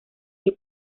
que